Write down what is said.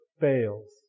fails